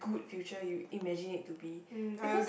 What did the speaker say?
good future you imagined it it be because